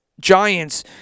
Giants